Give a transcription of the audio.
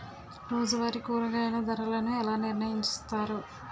రోజువారి కూరగాయల ధరలను ఎలా నిర్ణయిస్తారు?